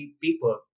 people